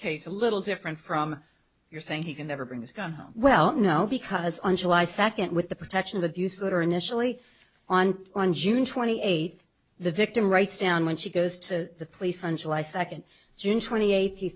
case a little different from your saying he can never bring his gun home well no because on july second with the protection of abuse later initially on on june twenty eighth the victim writes down when she goes to the police on july second june twenty eighth